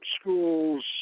School's